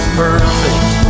perfect